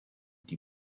die